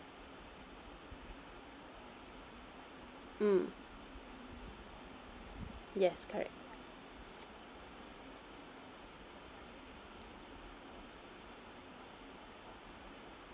mm yes correct